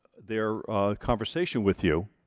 their conversation with you